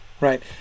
right